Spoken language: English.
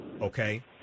okay